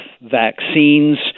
vaccines